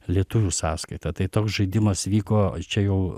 lietuvių sąskaita tai toks žaidimas vyko čia jau